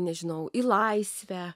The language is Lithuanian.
nežinau į laisvę